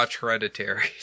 Hereditary